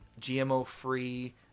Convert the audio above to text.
GMO-free